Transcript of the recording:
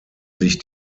sich